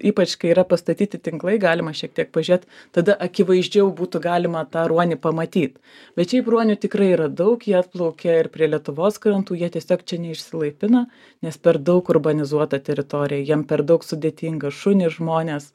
ypač kai yra pastatyti tinklai galima šiek tiek pažėt tada akivaizdžiau būtų galima tą ruonį pamatyt bet šiaip ruonių tikrai yra daug jie atplaukia ir prie lietuvos krantų jie tiesiog čia neišsilaipina nes per daug urbanizuota teritorija jiem per daug sudėtinga šunys žmonės